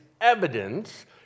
evidence